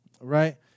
right